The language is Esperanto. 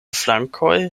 flankoj